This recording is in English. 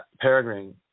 peregrine